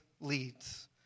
Leads